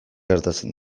gertatzen